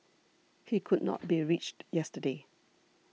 he could not be reached yesterday